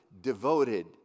devoted